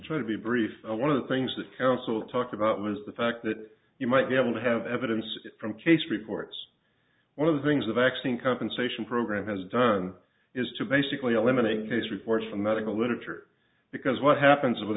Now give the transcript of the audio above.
to be brief one of the things that counsel talked about was the fact that you might be able to have evidence from case reports one of the things the vaccine compensation program has done is to basically eliminate this report from medical literature because what happens with